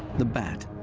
the bat,